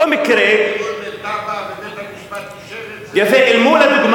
אתה זוכר את, ובית-המשפט אישר את זה.